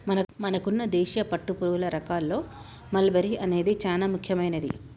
మనకున్న దేశీయ పట్టుపురుగుల రకాల్లో మల్బరీ అనేది చానా ముఖ్యమైనది